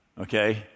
Okay